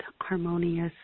harmonious